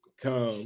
come